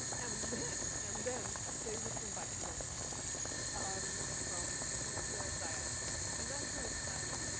and then, and then they would invite the vocalists um from the diaspora, and that's how it started.